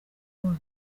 wayo